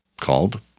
called